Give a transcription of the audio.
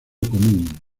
común